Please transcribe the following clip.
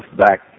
back